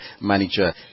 manager